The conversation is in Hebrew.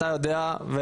אתה יודע,